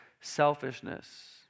selfishness